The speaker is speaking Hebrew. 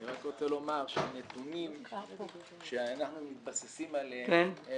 אני רק רוצה לומר שהנתונים שאנחנו מתבססים עליהם הם